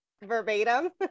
verbatim